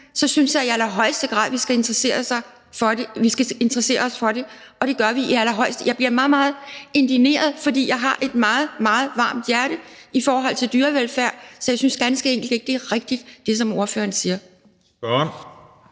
så synes jeg i allerhøjeste grad, at vi skal interessere os for det. Jeg bliver meget, meget indigneret, for mit hjerte banker meget, meget stærkt for dyrevelfærd, og jeg synes ganske enkelt ikke, at det, som ordføreren siger,